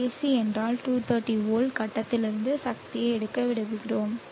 AC என்றால 230 volt கட்டத்திலிருந்து சக்தியை எடுக்க விரும்புகிறோம்